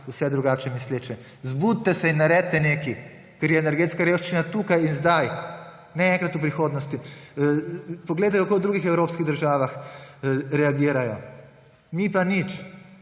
vse drugače misleče. Zbudite se in naredite nekaj, ker je energetska revščina tukaj in zdaj, ne enkrat v prihodnosti! Poglejte, kako v drugih evropskih državah reagirajo. Mi pa nič.